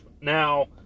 Now